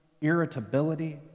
irritability